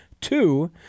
Two